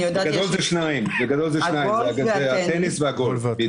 שניים, טניס וגולף.